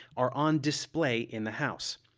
are on display in the house.